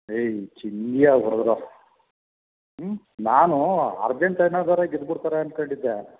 ಹೇಯ್ ಚಿಂದಿಯಾಗಿ ಹೊಡೆದ್ರೋ ಹ್ಞೂ ನಾನು ಅರ್ಜಂಟೈನಾದವರೇ ಗೆದ್ಬಿಡ್ತಾರೆ ಅನ್ಕೊಂಡಿದ್ದೆ